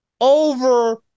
over